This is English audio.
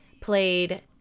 played